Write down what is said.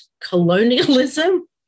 colonialism